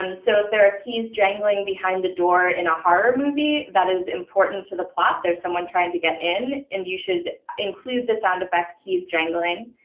um so if there are keys jangling behind the door in a horror movie, that is important to the plot. there is someone trying to get in, and you should include the sound effect, keys jangling.